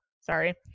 Sorry